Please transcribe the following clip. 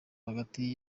hagati